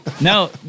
No